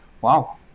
Wow